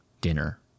dinner